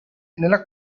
nella